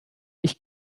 ich